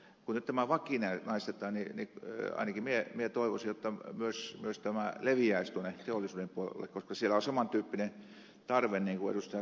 kun tämä vakinaistetaan niin ainakin minä toivoisin jotta myös tämä leviäisi teollisuuden puolelle koska siellä on saman tyyppinen tarve niin kuin ed